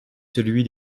celui